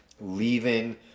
leaving